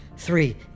three